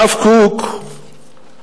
הרב קוק מקשה: